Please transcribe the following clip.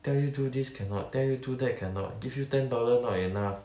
tell you do this cannot tell you do that cannot give you ten dollar not enough